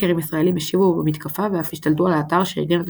האקרים ישראלים השיבו במתקפה ואף השתלטו על האתר שארגן את